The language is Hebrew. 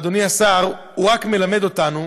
אדוני השר, רק מלמד אותנו,